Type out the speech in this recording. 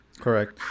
Correct